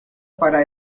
para